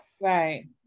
right